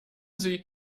sie